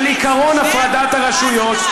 של עקרון הפרדת הרשויות,